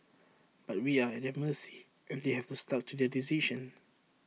but we are at their mercy and they have stuck to their decision